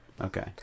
okay